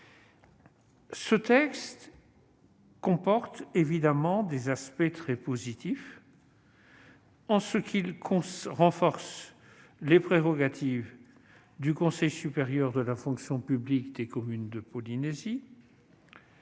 Ce texte comporte évidemment des aspects très positifs. Il renforce les prérogatives du Conseil supérieur de la fonction publique des communes de la Polynésie